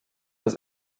des